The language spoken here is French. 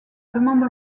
demande